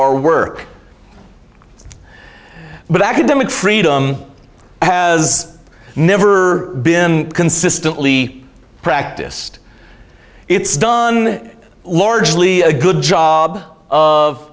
our work but academic freedom has never been consistently practiced it's done largely a good job of